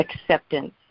acceptance